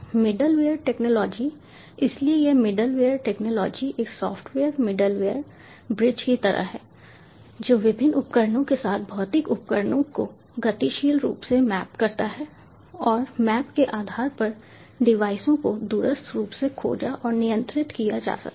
middleware technology इसलिए यह middleware technology एक सॉफ्टवेयर मिडलवेयर ब्रिज की तरह है जो विभिन्न उपकरणों के साथ भौतिक उपकरणों को गतिशील रूप से मैप करता है और मैप के आधार पर डिवाइसों को दूरस्थ रूप से खोजा और नियंत्रित किया जा सकता है